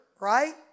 right